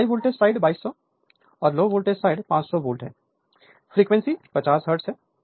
तो high voltage side 2200 low voltage side 500 volt है frequency 50 hertz है